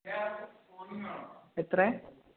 എത്രയാണ്